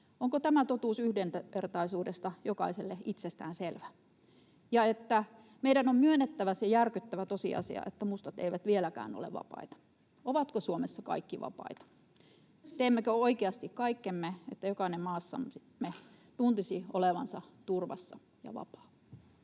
Onko tämä totuus yhdenvertaisuudesta jokaiselle itsestäänselvä? Ja: ”Meidän on myönnettävä se järkyttävä tosiasia, että mustat eivät vieläkään ole vapaita.” Ovatko Suomessa kaikki vapaita? Teemmekö oikeasti kaikkemme, että jokainen maassamme tuntisi olevansa turvassa ja vapaa?